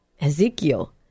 Ezekiel